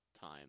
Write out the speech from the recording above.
time